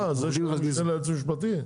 אה המשנה ליועץ המשפטי?